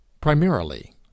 primarily